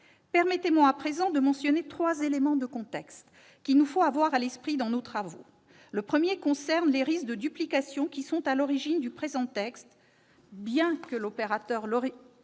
Permettez-moi à présent de mentionner trois éléments de contexte, qu'il nous faut avoir à l'esprit dans nos travaux. Le premier concerne les risques de duplication, qui sont à l'origine du présent texte. Bien que l'opérateur à la